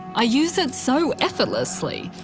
i use it so effortlessly.